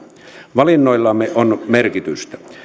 valinnoillamme on merkitystä